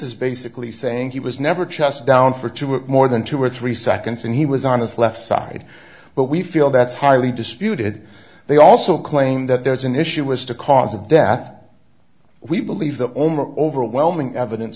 is basically saying he was never chest down for two or more than two or three seconds and he was on his left side but we feel that's highly disputed they also claim that there's an issue as to cause of death we believe the overwhelming evidence